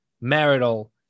marital